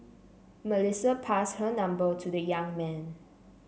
Melissa passed her number to the young man